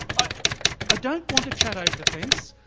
but i don't want to chat over the fence,